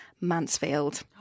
mansfield